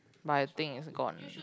but I think is gone